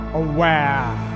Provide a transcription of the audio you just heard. aware